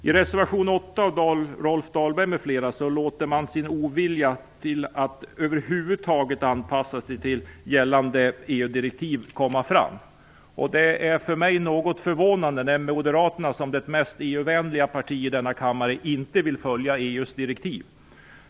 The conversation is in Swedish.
I reservation 8 av Rolf Dahlberg m.fl. låter man sin ovilja till att över huvud taget anpassa sig till gällande EU-direktiv komma fram. Det är för mig något förvånande att Moderaterna, som är det mest EU vänliga partiet i denna kammare, inte vill följa EU:s direktiv.